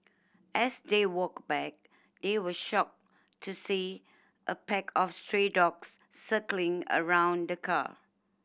as they walked back they were shocked to see a pack of stray dogs circling around the car